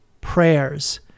prayers